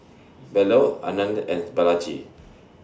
Bellur Anand and Balaji